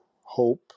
hope